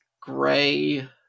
gray